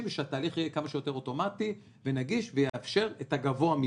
ושהתהליך יהיה כמה שיותר אוטומטי ויאפשר את הגבוה